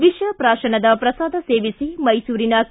ವಿಷ ಪ್ರಾಶನದ ಪ್ರಸಾದ ಸೇವಿಸಿ ಮೈಸೂರಿನ ಕೆ